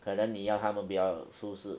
可能你要他们比较舒适